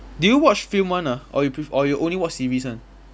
do you watch film one ah or you pref~ or you only watch series one